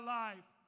life